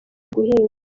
guhinga